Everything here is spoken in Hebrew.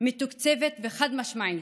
מתוקצבת וחד-משמעית.